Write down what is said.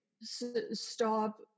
Stop